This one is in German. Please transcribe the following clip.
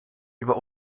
über